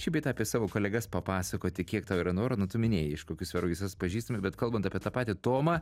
šį bei tą apie savo kolegas papasakoti kiek tau yra noro nu tu minėjai iš kokių sferų jūs esat pažįstami bet kalbant apie tą patį tomą